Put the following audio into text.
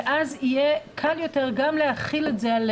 ואז יהיה קל יותר גם להחיל את זה על